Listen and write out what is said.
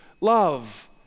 love